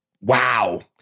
Wow